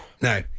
no